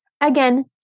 Again